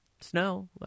Snow